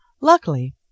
Luckily